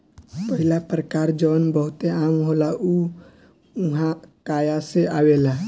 पहिला प्रकार जवन बहुते आम होला उ हुआकाया से आवेला